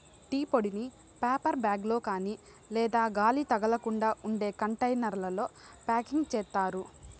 tea పొడిని paper bag లో కాని లేదా గాలి తగలకుండా ఉండే కంటైనర్లలో ప్యాకింగ్ చేత్తారు